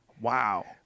Wow